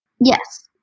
Yes